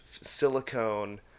silicone